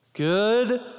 Good